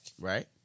Right